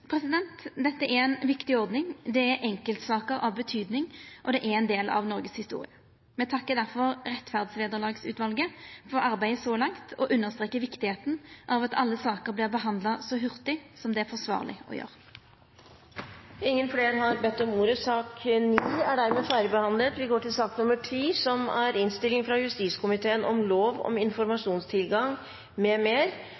Dette er ei viktig ordning. Det er enkeltsaker av betyding, og det er ein del av Noregs historie. Me takkar difor rettferdsvederlagsutvalet for arbeidet så langt og strekar under viktigheita av at alle saker vert behandla så hurtig som det er forsvarleg å gjera. Flere har ikke bedt om ordet til sak nr. 9. Det er en samlet komité som står bak innstillingen i denne viktige saken. Saken gjelder et midlertidig lovforslag fra Barne-, likestillings- og inkluderingsdepartementet om